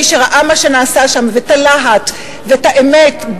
מי שראה מה שנעשה שם ואת הלהט ואת האמת,